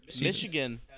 Michigan